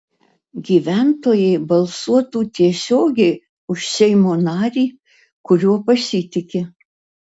gyventojai balsuotų tiesiogiai už seimo narį kuriuo pasitiki